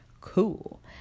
cool